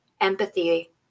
empathy